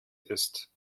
ist